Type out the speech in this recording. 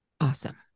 Awesome